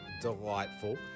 delightful